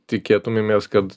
tikėtumėmės kad